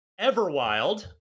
Everwild